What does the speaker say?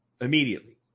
immediately